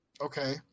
Okay